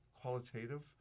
qualitative